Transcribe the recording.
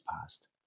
past